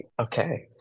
okay